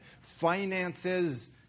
finances